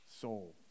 soul